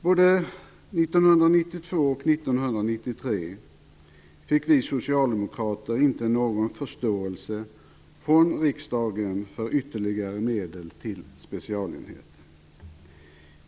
Varken 1992 eller 1993 fick vi socialdemokrater någon förståelse från riksdagen för ytterligare medel till specialenheten.